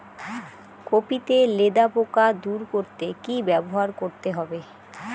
Copy তে লেদা পোকা দূর করতে কি ব্যবহার করতে হবে?